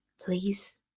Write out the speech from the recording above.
Please